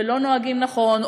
ולא נוהגים נכון,